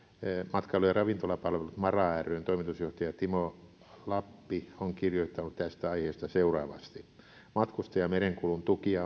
matkailu ja ravintolapalvelut mara ryn toimitusjohtaja timo lappi on kirjoittanut tästä aiheesta seuraavasti matkustajamerenkulun tukia